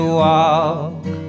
walk